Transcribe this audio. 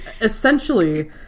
essentially